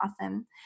awesome